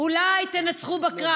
אולי תנצחו בקרב,